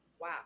wow